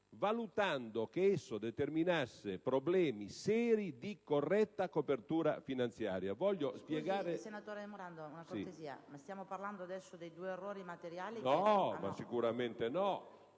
appunto che esso determinasse problemi seri di corretta copertura finanziaria.